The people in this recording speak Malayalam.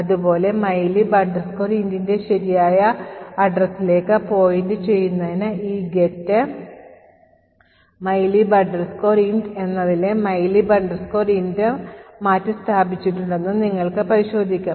അതുപോലെ mylib int ന്റെ ശരിയായ വിലാസത്തിലേക്ക് പോയിന്റുചെയ്യുന്നതിന് ഈ get mylib int എന്നതിലെ mylib int മാറ്റിസ്ഥാപിച്ചിട്ടുണ്ടെന്നും നിങ്ങൾക്ക് പരിശോധിക്കാം